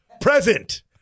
Present